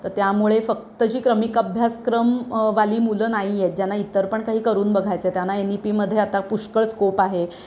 तर त्यामुळे फक्त जी क्रमिक अभ्यासक्रमवाली मुलं नाही आहेत ज्यांना इतर पण काही करून बघायचं आहे त्यांना एन ई पीमध्ये आता पुष्कळ स्कोप आहे